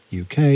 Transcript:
UK